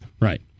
Right